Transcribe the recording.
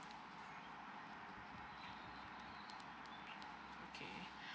okay